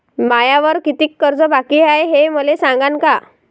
मायावर कितीक कर्ज बाकी हाय, हे मले सांगान का?